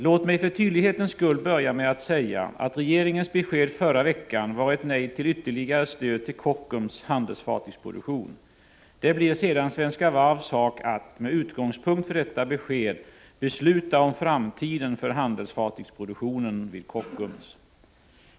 Låt mig för tydlighetens skull börja med att säga att regeringens besked förra veckan var ett nej till ytterligare stöd till Kockums handelsfartygsproduktion. Det blir sedan Svenska Varvs sak att, med utgångspunkt från detta besked, besluta om framtiden för handelsfartygsproduktionen vid Kockums.